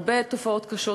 הרבה תופעות קשות,